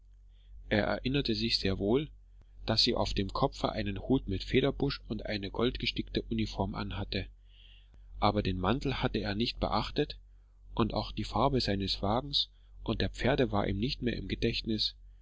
er erinnerte sich sehr wohl daß sie auf dem kopfe einen hut mit federbusch und eine goldgestickte uniform anhatte aber den mantel hatte er nicht beachtet und auch die farbe des wagens und der pferde war ihm nicht mehr im gedächtnis